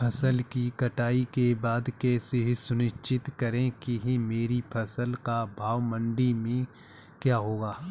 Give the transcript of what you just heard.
फसल की कटाई के बाद कैसे सुनिश्चित करें कि मेरी फसल का भाव मंडी में क्या होगा?